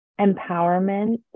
empowerment